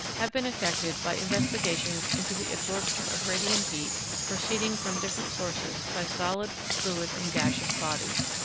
have been effected by investigations into the absorption of radiant heat proceeding from different sources by solid, fluid, and gaseous bodies.